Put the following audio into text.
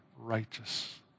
righteous